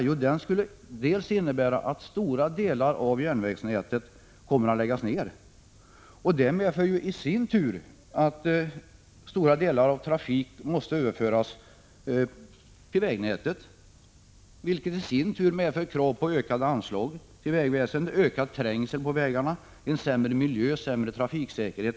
Jo, den skulle innebära att stora delar av järnvägsnätet skulle läggas ner, och det medför att stora delar av trafiken måste överföras till vägnätet, vilket i sin tur medför ökade krav på anslag till vägväsendet, ökad trängsel på vägarna, en sämre miljö och sämre trafiksäkerhet.